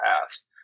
past